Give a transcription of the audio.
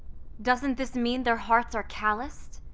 doesn't this mean their hearts are calloused?